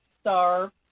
Star